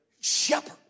shepherd